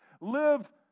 live